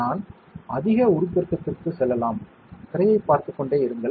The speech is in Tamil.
நான் அதிக உருப்பெருக்கத்திற்குச் செல்லலாம் திரையைப் பார்த்துக் கொண்டே இருங்கள்